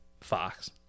Fox